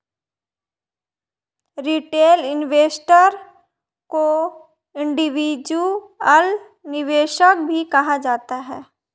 retail investor को individual निवेशक भी कहा जाता है